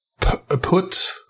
put